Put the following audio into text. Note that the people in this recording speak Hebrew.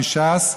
מש"ס,